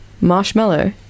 marshmallow